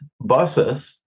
buses